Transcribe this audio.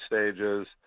stages